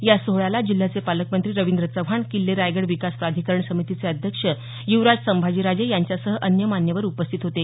या सोहळ्याला जिल्ह्याचे पालकमंत्री रविंद्र चव्हाण किल्ले रायगड विकास प्राधिकरण समितीचे अध्यक्ष युवराज संभाजीराजे यांच्यासह अन्य मान्यवर उपस्थित होते